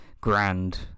grand